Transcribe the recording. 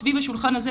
סביב השולחן הזה,